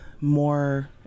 more